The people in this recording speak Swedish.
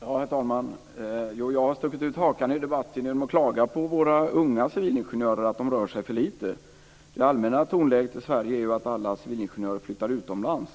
Herr talman! Jag har stuckit ut hakan i debatten genom att klaga på våra unga civilingenjörer att de rör sig för lite. Det allmänna tonläget i Sverige är att alla civilingenjörer flyttar utomlands.